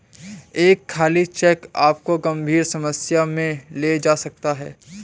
एक खाली चेक आपको गंभीर समस्या में ले जा सकता है